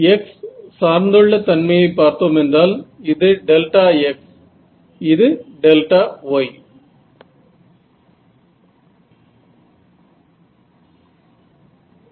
X சார்ந்துள்ள தன்மைஐ பார்த்தோமென்றால் இது டெல்டா x இது டெல்டா y